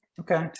Okay